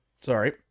Sorry